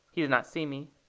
he did not see me.